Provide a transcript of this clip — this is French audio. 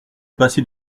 passer